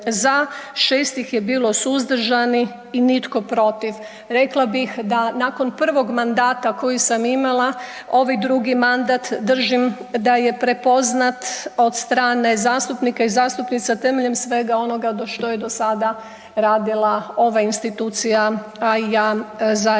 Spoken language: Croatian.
6 ih je bilo suzdržanih i nitko protiv. Rekla bih da nakon prvog mandata koji sam imala ovaj drugi mandat držim da je prepoznat od strane zastupnika i zastupnica temeljem svega onoga što je do sada radila ova institucija, a i ja zajedno